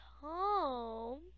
home